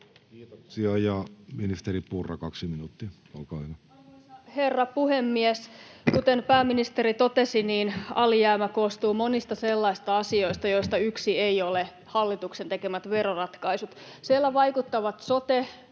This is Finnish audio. vuodelle 2024 Time: 14:05 Content: Arvoisa herra puhemies! Kuten pääministeri totesi, niin alijäämä koostuu monista sellaisista asioista, joista yksi ei ole hallituksen tekemät veroratkaisut. Siellä vaikuttavat sote, tehdyt